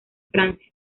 francia